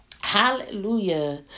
Hallelujah